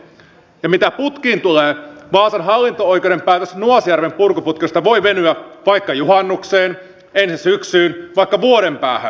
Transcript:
ja mitä putkiin tulee vaasan hallinto oikeuden päätös nuasjärjen purkuputkesta voi venyä vaikka juhannukseen ensi syksyyn vaikka vuoden päähän